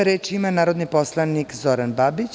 Reč ima narodni poslanik Zoran Babić.